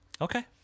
Okay